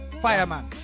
Fireman